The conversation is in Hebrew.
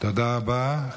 תודה רבה.